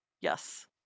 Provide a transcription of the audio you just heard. yes